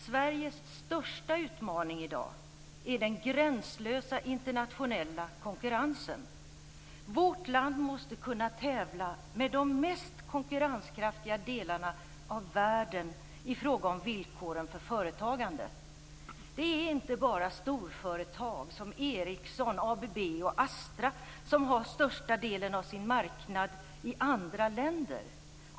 Sveriges största utmaning i dag är den gränslösa internationella konkurrensen. Vårt land måste kunna tävla med de mest konkurrenskraftiga delarna av världen i fråga om villkoren för företagande. Det är inte bara storföretag som Ericsson, ABB och Astra som har största delen av sin marknad i andra länder.